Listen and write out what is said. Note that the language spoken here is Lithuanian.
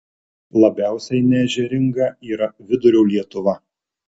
labiausiai neežeringa yra vidurio lietuva